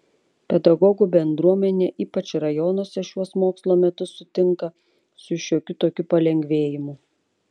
pedagogų bendruomenė ypač rajonuose šiuos mokslo metus sutinka su šiokiu tokiu palengvėjimu